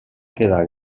quedar